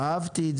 אהבתי את